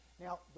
Now